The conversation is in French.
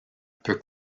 peut